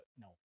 No